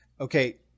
okay